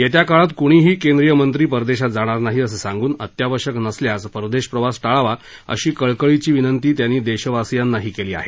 येत्या काळात क्णीही केंद्रीयमंत्री परदेशात जाणार नाही असं सांगून अत्यावश्यक नसल्यास परदेश प्रवास ाळावा अशी कळकळीची विनंती त्यांनी देशवासीयांनाही केली आहे